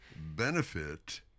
benefit